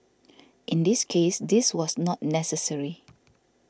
in this case this was not necessary